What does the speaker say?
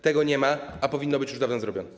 Tego nie ma, a powinno być już dawno zrobione.